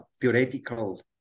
theoretical